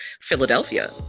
Philadelphia